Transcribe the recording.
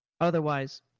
Otherwise